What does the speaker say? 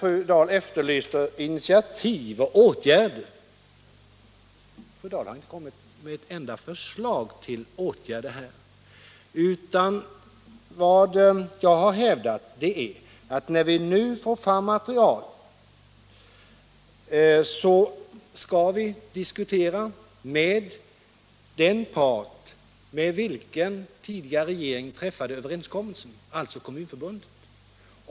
Fru Dahl efterlyser initiativ och åtgärder. Men fru Dahl har inte kommit med ett enda förslag till åtgärder. Vad jag har hävdat är att när vi nu får fram material skall vi diskutera med den part som den tidigare regeringen träffade överenskommelse med, alltså Kommunförbundet.